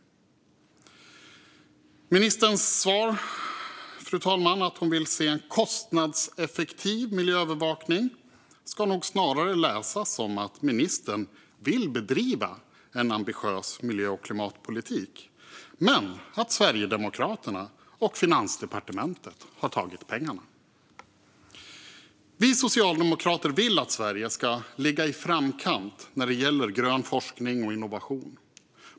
Ministerns svar, fru talman, att hon vill se en kostnadseffektiv miljöövervakning ska nog snarare läsas som att ministern vill bedriva en ambitiös miljö och klimatpolitik men att Sverigedemokraterna och Finansdepartementet har tagit pengarna. Vi socialdemokrater vill att Sverige ska ligga i framkant när det gäller grön forskning och innovation.